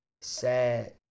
Sad